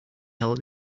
held